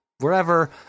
wherever